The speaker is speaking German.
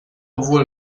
obwohl